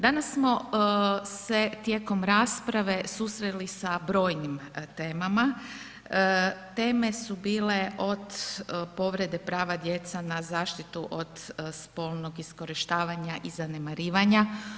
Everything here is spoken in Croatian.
Danas smo se tijekom rasprave susreli sa brojnim temama, teme su bile od povrede prava djece na zaštitu od spolnog iskorištavanja i zanemarivanja.